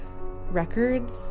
records